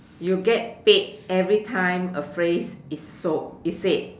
you get paid every time a phrase is sold is said